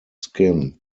skin